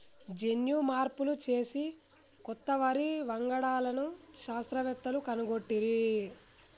జన్యు మార్పులు చేసి కొత్త వరి వంగడాలను శాస్త్రవేత్తలు కనుగొట్టిరి